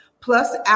plus